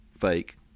fake